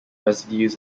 residues